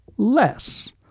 Less